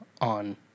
on